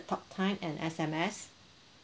talk time and S_M_S